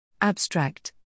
Abstract